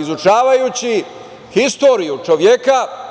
izučavajući istoriju čoveka